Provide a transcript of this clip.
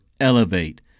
elevate